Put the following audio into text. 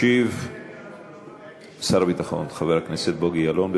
ישיב שר הביטחון חבר הכנסת בוגי יעלון.